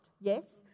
Yes